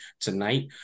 tonight